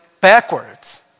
backwards